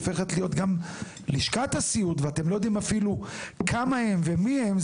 הופכת להיות גם לשכת הסיעוד ואתם לא יודעים אפיל וכמה הם ומי הם,